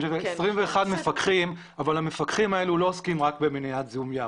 אני חושב ש-21 מפקחים אבל המפקחים האלה לא עוסקים רק במניעת זיהום ים,